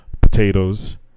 potatoes